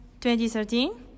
2013